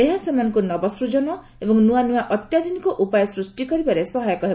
ଏହା ସେମାନଙ୍କୁ ନବସୃଜନ ଏବଂ ନୂଆ ନୂଆ ଅତ୍ୟାଧୁନିକ ଉପାୟ ବାହାର କରିବାରେ ସହାୟକ ହେବ